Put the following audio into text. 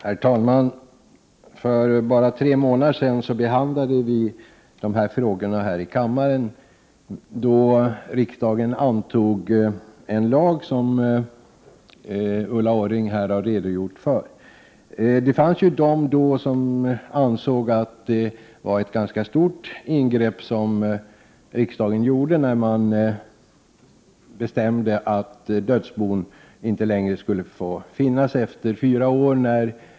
Herr talman! För bara tre månader sedan behandlade riksdagen dessa frågor. Då antog riksdagen den lag som Ulla Orring här har redogjort för. Det fanns vid detta tillfälle de som ansåg att riksdagen gjorde ett ganska stort ingrepp när den bestämde att dödsbon som är innehavare av jordbruksfastighet inte skall få finnas kvar efter fyra år.